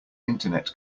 internet